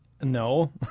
No